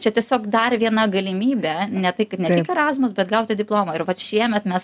čia tiesiog dar viena galimybė ne tai kad ne tik erasmus bet gauti diplomą ir vat šiemet mes